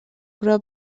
però